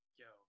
yo